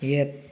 ꯌꯦꯠ